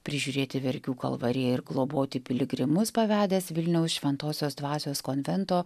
prižiūrėti verkių kalvariją ir globoti piligrimus pavedęs vilniaus šventosios dvasios konvento